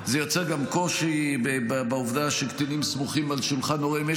זה יוצר גם קושי בעובדה שקטינים סמוכים על שולחן הוריהם.